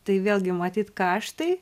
tai vėlgi matyt kaštai